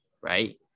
right